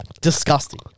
Disgusting